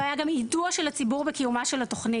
לא היה גם יידוע של הציבור בקיומה של התוכנית,